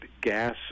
gas